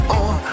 on